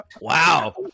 Wow